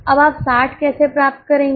अब आप 60 कैसे प्राप्त करेंगे